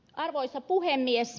arvoisa puhemies